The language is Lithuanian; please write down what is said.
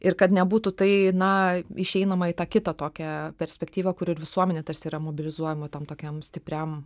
ir kad nebūtų tai na išeinama į tą kitą tokią perspektyvą kur ir visuomenė tarsi yra mobilizuojama tam tokiam stipriam